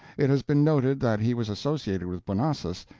it has been noted that he was associated with bonosus,